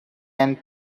and